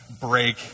break